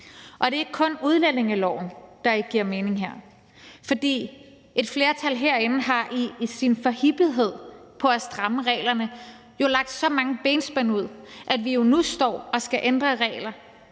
Det er ikke kun udlændingeloven, der ikke giver mening her. For et flertal herinde har jo i forhippelse på at stramme reglerne lagt så mange benspænd ud, at vi nu står og skal ændre i regler